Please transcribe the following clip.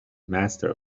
master